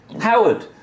Howard